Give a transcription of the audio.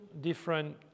different